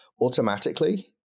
automatically